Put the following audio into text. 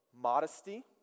modesty